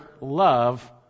love